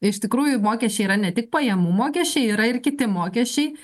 iš tikrųjų mokesčiai yra ne tik pajamų mokesčiai yra ir kiti mokesčiai